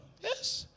Yes